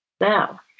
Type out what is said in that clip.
Now